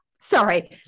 Sorry